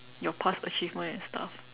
your past achievement and stuff